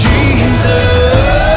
Jesus